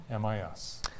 MIS